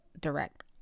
direct